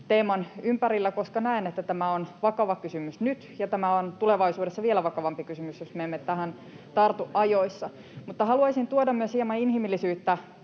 teeman ympärillä, koska näen, että tämä on vakava kysymys nyt ja tämä on vielä vakavampi kysymys tulevaisuudessa, jos me emme tähän tartu ajoissa. [Jukka Kopran välihuuto] Mutta haluaisin tuoda myös hieman inhimillisyyttä